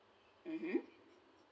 mmhmm